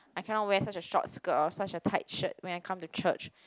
I cannot wear such a short skirt or such a tight shirt when I come to church